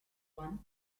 one